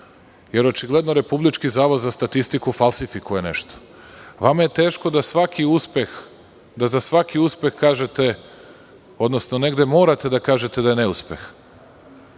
Jer očigledno republički zavod za statistiku falsifikuje nešto. Vama je teško da za svaki uspeh kažete, odnosno negde morate da kažete da je neuspeh. Ja